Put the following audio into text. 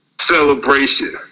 celebration